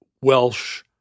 Welsh